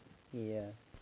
yeah